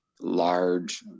large